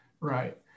Right